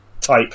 type